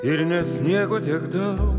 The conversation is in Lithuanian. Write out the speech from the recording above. ir ne sniego tiek daug